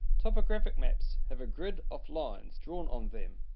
topographic maps have a grid of lines drawn on them.